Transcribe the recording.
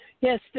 Yes